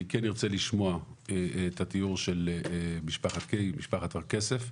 אני כן ארצה לשמוע את התיאור של משפחת קיי ומשפחת הר כסף.